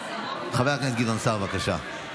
חבר הכנסת גדעון סער, בבקשה.